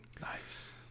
Nice